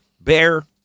Bear